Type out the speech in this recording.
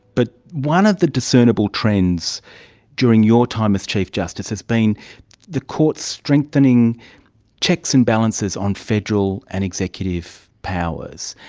but one of the discernible trends during your time as chief justice has been the court's strengthening checks and balances on federal and executive powers.